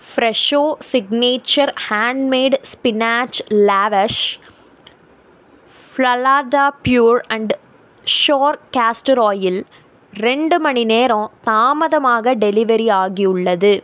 Fresho signature handmade spinach lavash ஃப்ளலடா pure and sure castor oil ரெண்டு மணிநேரம் தாமதமாக டெலிவரி ஆகியுள்ளது